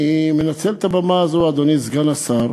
אני אנצל את הבמה הזאת, אדוני סגן השר,